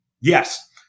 Yes